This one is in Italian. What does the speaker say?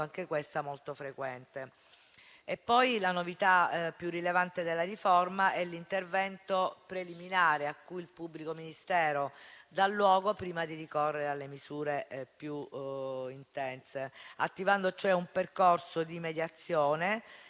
La novità più rilevante della riforma è l'intervento preliminare a cui il pubblico ministero dà luogo prima di ricorrere alle misure più intense, attivando un percorso di mediazione